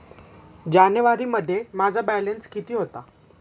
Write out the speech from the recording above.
जानेवारीमध्ये माझा बॅलन्स किती होता?